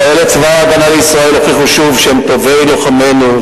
חיילי צבא-ההגנה לישראל הוכיחו שוב שהם טובי לוחמינו,